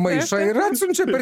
maišą ir atsiunčia per